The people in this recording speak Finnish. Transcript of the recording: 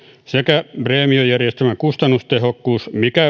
sekä preemiojärjestelmän kustannustehokkuus mikä